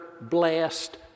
blessed